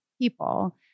people